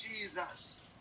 Jesus